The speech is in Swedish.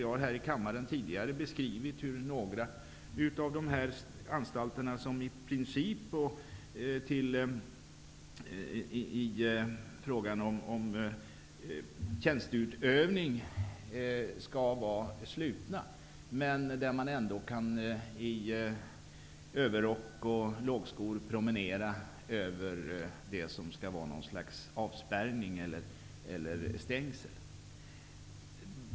Jag har här i kammaren tidigare beskrivit några av dessa anstalter, som i princip i fråga om tjänsteutövning skall vara slutna men där man ändå i lågskor och överrock kan promenera över det som skall vara något slags avspärrning eller stängsel.